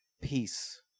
peace